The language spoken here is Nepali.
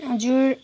हजुर